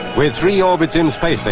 with three orbits in space to